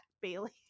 Bailey